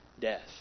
death